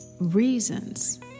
reasons